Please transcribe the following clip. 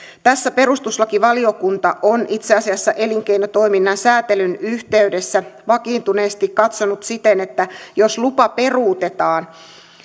tässä perustuslakivaliokunta on itse asiassa elinkeinotoiminnan säätelyn yhteydessä vakiintuneesti katsonut siten että jos lupa peruutetaan